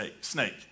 snake